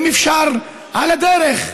ואם אפשר, על הדרך,